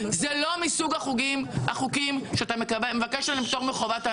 זה לא מסוג החוקים שאתה מבקש עליהם פטור מחובת הנחה.